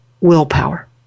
willpower